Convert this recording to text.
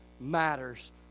matters